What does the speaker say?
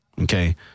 Okay